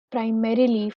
primarily